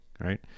right